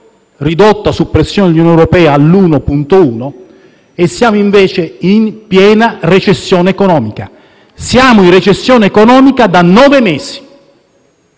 ridotta, su pressione dell'Unione europea, all'1,1 per cento; siamo invece in piena recessione economica. Siamo in recessione economica da nove mesi